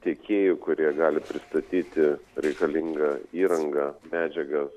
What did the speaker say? tiekėjų kurie gali pristatyti reikalingą įrangą medžiagas